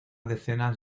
decenas